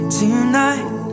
tonight